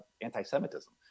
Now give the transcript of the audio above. anti-Semitism